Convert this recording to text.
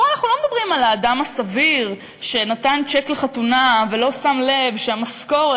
פה אנחנו לא מדברים על האדם הסביר שנתן צ'ק לחתונה ולא שם לב שהמשכורת,